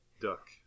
Duck